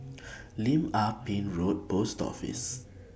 Lim Ah Pin Road Post Office